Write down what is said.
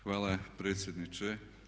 Hvala predsjedniče.